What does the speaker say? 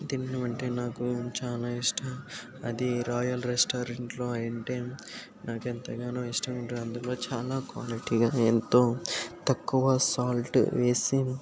తినడం అంటే నాకు చాలా ఇష్టం అది రాయల్ రెస్టారెంట్లో అయుంటే నాకు ఎంతగానో ఇష్టం ఉంటుంది అందులో చాలా క్వాలిటీగా ఎంతో తక్కువ సాల్ట్ వేసి